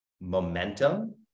momentum